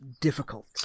difficult